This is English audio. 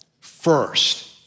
First